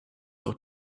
auch